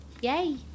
Yay